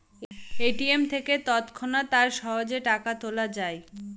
ATM থেকে তৎক্ষণাৎ আর সহজে টাকা তোলা যায়